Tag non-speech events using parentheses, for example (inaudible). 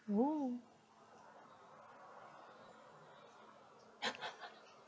!whoa! (laughs)